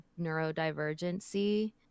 neurodivergency